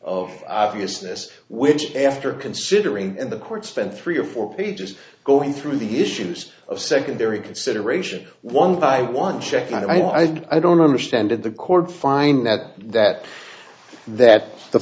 of obviousness which after considering and the court spent three or four pages going through the issues of secondary consideration one by one check i don't understand the court find that that that the